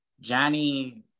Johnny